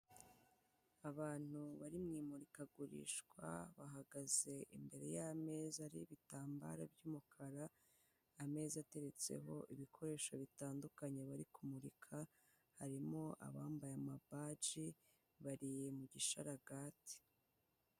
Abantu bari mu imurikagurishwa bahagaze imbere y'ameza ariho ibitambaro by'umukara, ameza ateretseho ibikoresho bitandukanye bari kumurika, harimo abambaye amabaji bari mu gisharagati.